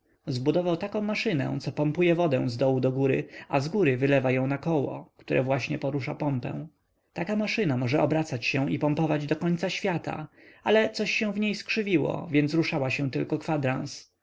zbudował taką maszynę co pompuje wodę zdołu do góry a zgóry wylewa ją na koło które właśnie porusza pompę taka maszyna może obracać się i pompować do końca świata ale coś się w niej skrzywiło więc ruszała się tylko kwadrans